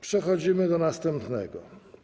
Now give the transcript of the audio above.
Przechodzimy do następnego.